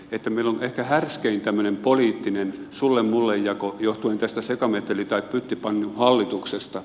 meillä on ehkä härskein tämmönen poliittinen sullemulle jako johtuen tästä sekameteli tai pyttipannuhallituksesta